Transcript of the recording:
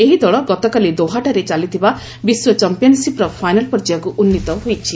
ଏହି ଦଳ ଗତକାଲି ଦୋହାଠାରେ ଚାଲିଥିବା ବିଶ୍ୱ ଚାମ୍ପିୟନ୍ସିପ୍ର ଫାଇନାଲ୍ ପର୍ଯ୍ୟାୟକୁ ଉନ୍ନୀତ ହୋଇଛି